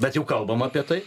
bet jau kalbam apie tai